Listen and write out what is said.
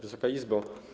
Wysoka Izbo!